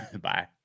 Bye